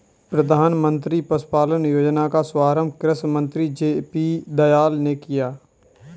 प्रधानमंत्री पशुपालन योजना का शुभारंभ कृषि मंत्री जे.पी दलाल ने किया